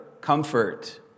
comfort